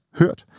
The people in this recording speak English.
hørt